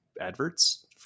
adverts